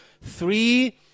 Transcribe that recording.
three